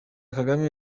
kagame